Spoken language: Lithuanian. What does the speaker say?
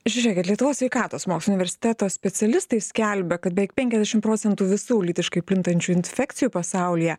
žiūrėkit lietuvos sveikatos mokslų universiteto specialistai skelbia kad beveik penkiasdešimt procentų visų lytiškai plintančių infekcijų pasaulyje